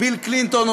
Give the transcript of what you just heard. ביל קלינטון,